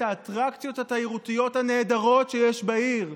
את האטרקציות התיירותיות הנהדרות שיש בעיר.